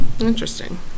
Interesting